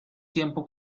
tiempo